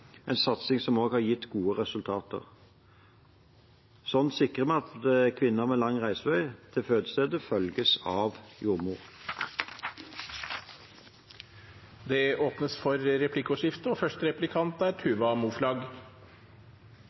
en satsing som har gitt gode resultater. Slik sikrer vi at kvinner med lang reisevei til fødestedet følges av jordmor. Det blir replikkordskifte.